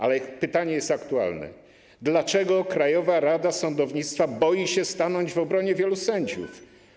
Ale pytanie jest aktualne: Dlaczego Krajowa Rada Sądownictwa boi się stanąć w obronie wielu sędziów?